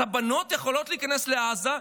אז הבנות יכולות להיכנס לעזה,